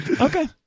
okay